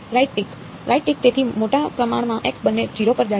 તેથી મોટા પ્રમાણમાં x બંને 0 પર જાય છે